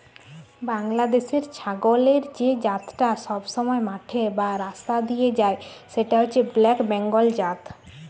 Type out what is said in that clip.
বাংলাদেশের ছাগলের যে জাতটা সবসময় মাঠে বা রাস্তা দিয়ে যায় সেটা হচ্ছে ব্ল্যাক বেঙ্গল জাত